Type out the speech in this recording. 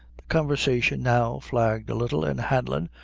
the conversation now flagged a little, and hanlon,